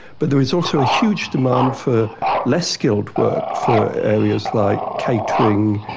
but there is also a huge demand for less skilled work, for areas like catering,